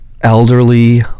elderly